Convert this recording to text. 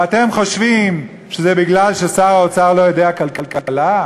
ואתם חושבים שזה משום ששר האוצר לא יודע כלכלה?